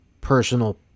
personal